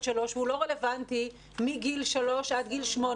שלוש והוא לא רלוונטי מגיל שלוש עד גיל 18?